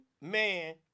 man